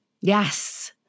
Yes